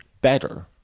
better